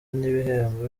n’ibihembo